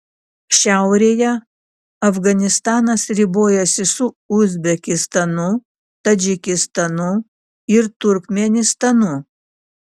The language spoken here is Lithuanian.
šiaurėje afganistanas ribojasi su uzbekistanu tadžikistanu ir turkmėnistanu